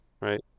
right